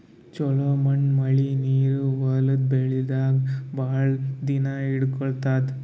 ಛಲೋ ಮಣ್ಣ್ ಮಳಿ ನೀರ್ ಹೊಲದ್ ಬೆಳಿದಾಗ್ ಭಾಳ್ ದಿನಾ ಹಿಡ್ಕೋತದ್